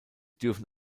dürfen